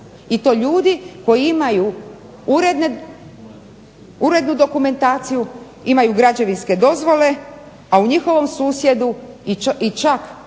i to ljudi koji imaju urednu dokumentaciju, imaju građevinske dozvole, a u njihovom susjedstvu i čak